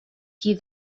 qui